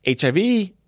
HIV